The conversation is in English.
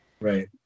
Right